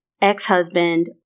ex-husband